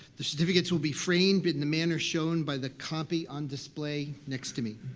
the certificates will be framed but in the manner shown by the copy on display next to me.